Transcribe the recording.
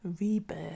rebirth